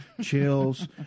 chills